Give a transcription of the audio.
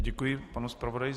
Děkuji panu zpravodaji.